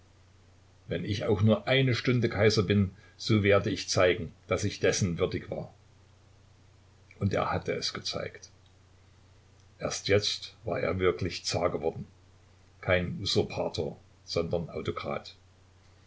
wenn ich auch nur eine stunde kaiser bin so werde ich zeigen daß ich dessen würdig war und er hatte es gezeigt erst jetzt war er wirklich zar geworden kein usurpator sondern autokrat